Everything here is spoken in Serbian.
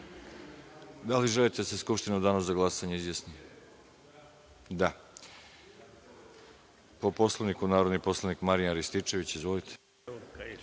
li želite da se Skupština u danu za glasanje izjasni? Da. Po Poslovniku narodni poslanik Marjan Rističević. Izvolite.